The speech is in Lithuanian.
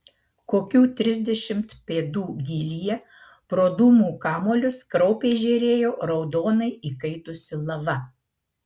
kokių trisdešimt pėdų gylyje pro dūmų kamuolius kraupiai žėrėjo raudonai įkaitusi lava